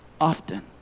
often